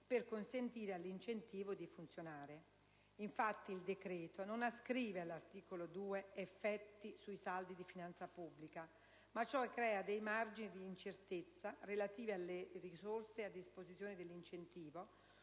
per consentire all'incentivo di funzionare. Infatti, il decreto non ascrive all'articolo 2 effetti sui saldi di finanza pubblica; ciò crea margini di incertezza relativi alle risorse a disposizione dell'incentivo,